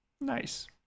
Nice